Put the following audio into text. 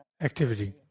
activity